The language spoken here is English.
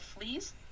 fleas